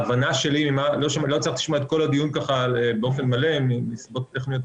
לא הצלחתי לשמוע את כל הדיון באופן מלא מסיבות טכניות,